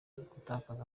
gutakaza